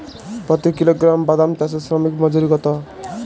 প্রতি কিলোগ্রাম বাদাম চাষে শ্রমিক মজুরি কত?